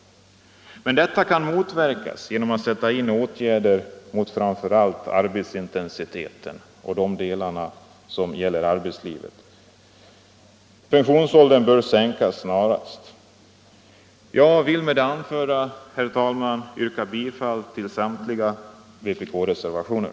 Men detta kan man motverka genom att sätta in åtgärder mot framför allt arbetsintensiteten. Jag vill med det anförda, herr talman, yrka bifall till samtliga vpkreservationer.